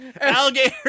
Alligator